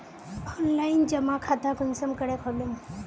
Online जमा खाता कुंसम करे खोलूम?